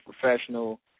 professional